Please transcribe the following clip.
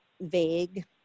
vague